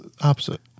opposite